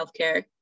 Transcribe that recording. healthcare